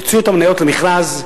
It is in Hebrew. יוציאו את המניות למכרז,